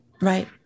Right